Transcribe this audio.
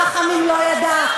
"רחמים לא ידע".